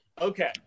Okay